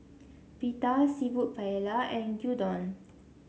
Pita seafood Paella and Gyudon